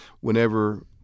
whenever